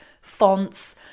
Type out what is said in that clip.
fonts